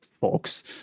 folks